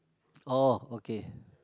oh okay